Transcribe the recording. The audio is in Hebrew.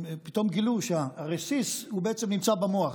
פתאום גילו שהרסיס בעצם נמצא במוח.